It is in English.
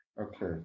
Okay